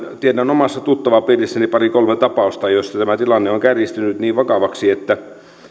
tiedän omassa tuttavapiirissäni pari kolme tapausta joissa tämä tilanne on kärjistynyt niin vakavaksi että